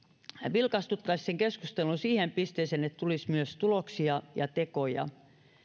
vilkastuttaisi sen keskustelun siihen pisteeseen että tulisi myös tuloksia ja tekoja